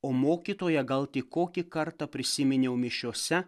o mokytoją gal tik kokį kartą prisiminiau mišiose